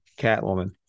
Catwoman